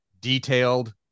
detailed